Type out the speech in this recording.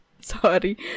sorry